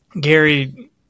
Gary